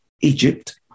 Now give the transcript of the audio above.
Egypt